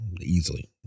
easily